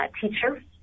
teacher